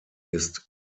ist